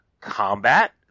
combat